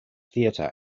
theatre